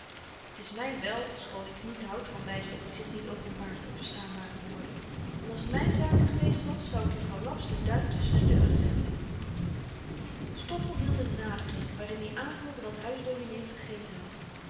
t is my wel schoon k niet houd van wysheid die zich niet openbaart in verstaanbare woorden en als t myn zaak geweest was zou k juffrouw laps den duim tusschen de deur gezet hebben stoffel hield n napreek waarin i aanvulde wat huisdominee vergeten had